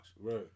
Right